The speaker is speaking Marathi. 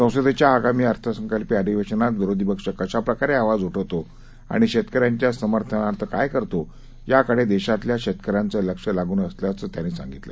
संसदेच्या आगामी अर्थसंकल्पिय अधिवेशनात विरोधी पक्ष कशाप्रकारे आवाज उठवतो आणि शेतकऱ्यांचा समर्थनार्थ काय करतो याकडे देशातल्या शेतकऱ्यांचं लक्ष लागून असल्याचं त्यांनी सांगितलं